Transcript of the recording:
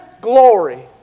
glory